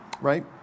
right